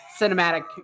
cinematic